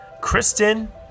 Kristen